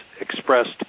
expressed